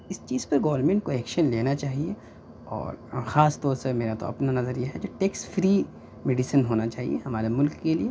اس چیز پے گورمینٹ کو ایکشن لینا چاہیے اور خاص طور سے میرا تو اپنا نظریہ ہے جو ٹیکس فری میڈسین ہونا چاہیے ہمارے ملک کے لیے